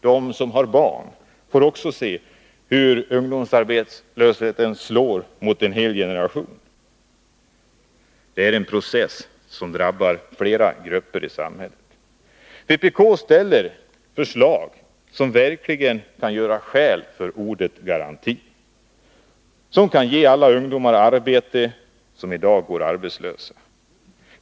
De som har barn får se hur ungdomsarbetslösheten slår mot en hel generation. Det är en process som drabbar flera grupper i samhället. Vpk ställer förslag som verkligen kan göra skäl för ordet garanti, som kan ge arbete åt alla ungdomar som i dag går arbetslösa.